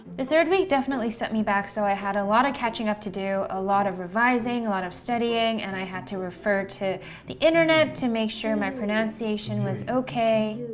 the third week definitely set me back so i had a lot of catching up to do, a lot of revising, a lot of studying and i had to refer to the internet to make sure my pronunciation was okay.